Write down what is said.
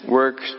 work